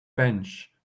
bench